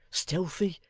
stealthy,